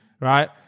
Right